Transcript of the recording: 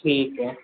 ठीक है